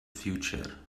future